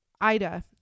Ida